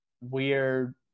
weird